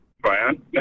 Brian